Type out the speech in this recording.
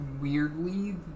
weirdly